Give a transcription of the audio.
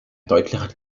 deutlicher